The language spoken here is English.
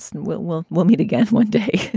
and we'll we'll we'll meet again one day.